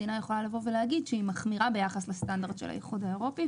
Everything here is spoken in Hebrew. מדינה יכולה להגיד שהיא מחמירה ביחס לסטנדרט של האיחוד האירופי,